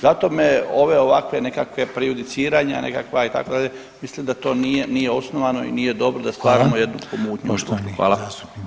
Zato me ove ovakve nekakve, prejudiciranja nekakva itd. mislim da to nije osnovano i nije dobro da stvaramo jednu pomutnju.